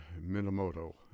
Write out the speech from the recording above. Minamoto